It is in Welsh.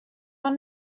ond